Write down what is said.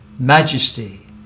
majesty